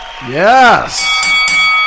Yes